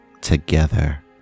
together